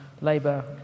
Labour